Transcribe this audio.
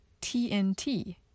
TNT